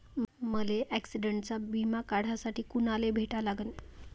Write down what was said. मले ॲक्सिडंटचा बिमा काढासाठी कुनाले भेटा लागन?